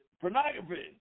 pornography